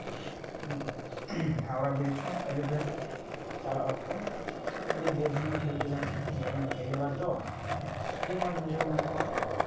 Howrah bridge ᱠᱷᱚᱱ ᱠᱟᱞᱤᱜᱷᱟᱴ ᱪᱟᱞᱟᱜ ᱚᱠᱛᱚ ᱟᱹᱰᱤ ᱵᱮᱥ ᱜᱤᱧ ᱯᱷᱤᱞ ᱠᱮᱫᱟ ᱯᱮᱦᱞᱮ ᱵᱟᱨ ᱛᱚ ᱟᱹᱰᱤ ᱢᱚᱸᱡ ᱵᱩᱡᱷᱟᱹᱣ ᱮᱱᱟ